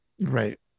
right